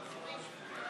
ג'מאל